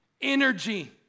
Energy